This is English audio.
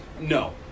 No